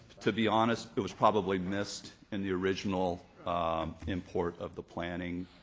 to be honest, it was probably missed in the original import of the planning.